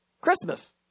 Christmas